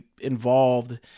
involved